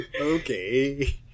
Okay